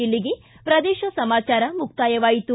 ಇಲ್ಲಿಗೆ ಪ್ರದೇಶ ಸಮಾಚಾರ ಮುಕ್ತಾಯವಾಯಿತು